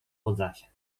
podlasiak